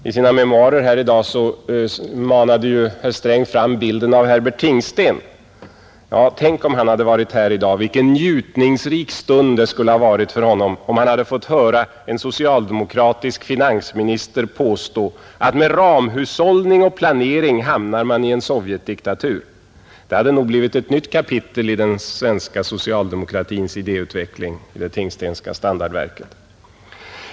I sina memoarer här i dag manade herr Sträng fram bilden av Herbert Tingsten. Ja, tänk om han hade varit här i dag! Vilken njutningsrik stund det skulle ha varit för honom om han hade fått höra en socialdemokratisk finansminister påstå att med ramhushållning och planering hamnar man i en Sovjetdiktatur! Det hade nog blivit ett nytt kapitel av Den svenska socialdemokratiens idéutveckling i det Tingstenska standardverket.